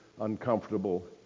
uncomfortable